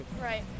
right